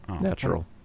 Natural